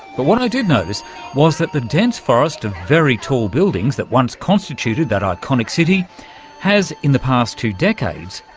but what i did notice was that the dense forest of very tall buildings that once constituted that iconic city has, in the past two decades,